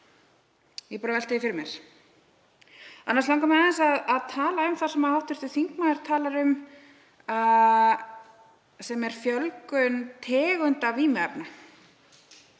Ég velti því fyrir mér. Annars langar mig aðeins að tala um það sem hv. þingmaður talar um, sem er fjölgun tegunda vímuefna.